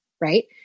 right